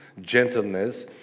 gentleness